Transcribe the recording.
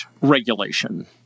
regulation